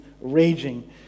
raging